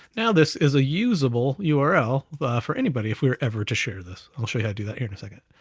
now this is a usable url for anybody if we were ever to share this. i'll show you how to do that here in a second.